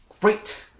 Great